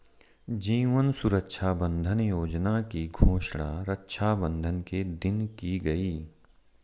जीवन सुरक्षा बंधन योजना की घोषणा रक्षाबंधन के दिन की गई